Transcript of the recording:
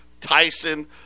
Tyson